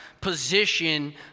position